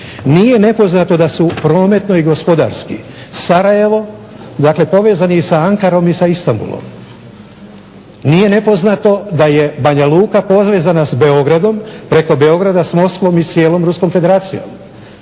Nije nepoznato da su prometno i gospodarski Sarajevo, dakle povezani i sa Ankarom i sa Istambulom. Nije nepoznato da je Banja Luka povezana sa Beogradom, preko Beograda sa Moskvom i cijelom Ruskom Federacijom.